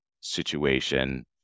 situation